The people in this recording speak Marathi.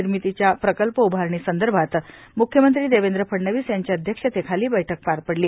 निर्मितीच्या प्रकल्प उभारणी संदर्भात म्ख्यमंत्री देवेंद्र फडणवीस यांचे अध्यक्षतेखाली बैठक पार पडली